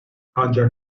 ancak